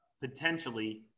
potentially